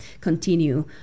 continue